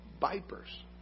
vipers